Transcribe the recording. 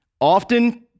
often